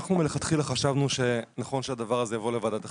אנחנו מלכתחילה חשבנו שנכון שהדבר הזה יבוא לוועדת החריגים.